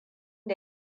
da